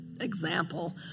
example